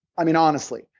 i mean honestly,